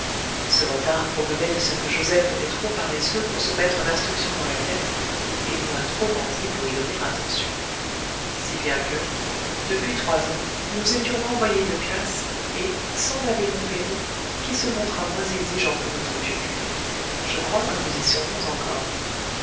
ce retard provenait de ce que joseph était trop paresseux pour se mettre l'instruction dans la tête et moi trop bandit pour y donner attention si bien que depuis trois ans nous étions renvoyés de classe et sans l'abbé montpérou qui se montra moins exigeant que notre vieux curé je crois que nous y serions encore